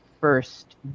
first